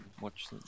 watch